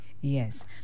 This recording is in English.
Yes